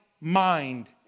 mind